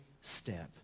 step